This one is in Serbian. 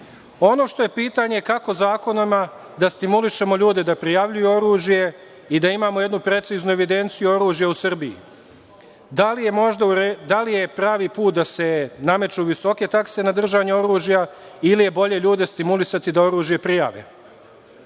što je pitanje - kako zakonima da stimulišemo ljude da prijavljuju oružje i da imamo jednu preciznu evidenciju oružja u Srbiji? Da li je možda pravi put da se nameću visoke takse na držanje oružja ili je bolje ljude stimulisati da oružje prijave,